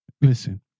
listen